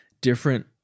different